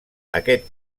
aquest